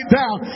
down